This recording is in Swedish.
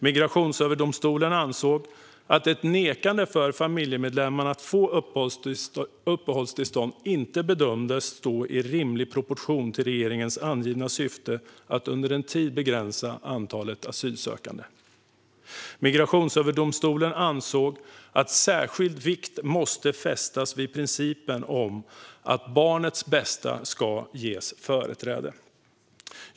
Migrationsöverdomstolen ansåg att ett nekande för familjemedlemmarna att få uppehållstillstånd inte bedömdes stå i rimlig proportion till regeringens angivna syfte att under en tid begränsa antalet asylsökande. Migrationsöverdomstolen ansåg att särskild vikt måste fästas vid principen om att barnets bästa ska ges företräde.